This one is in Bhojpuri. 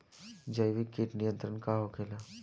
जैविक कीट नियंत्रण का होखेला?